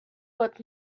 but